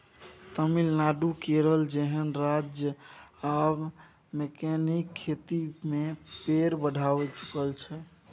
तमिलनाडु, केरल जेहन राज्य आब मैकेनिकल खेती मे पैर बढ़ाए चुकल छै